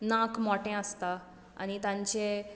नाक मोटें आसता आनी तांचें